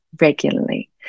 regularly